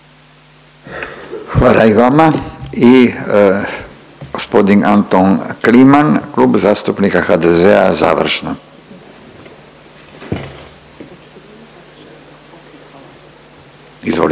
Hvala i vama. I g. Anton Kliman, Kluba zastupnika HDZ-a završno. Izvolite.